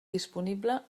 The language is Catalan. disponible